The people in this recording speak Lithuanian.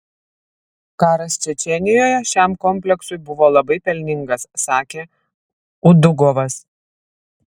karas čečėnijoje šiam kompleksui buvo labai pelningas sakė udugovas